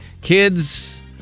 kids